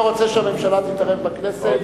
אני לא רוצה שהממשלה תתערב בכנסת.